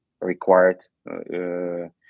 required